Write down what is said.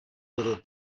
little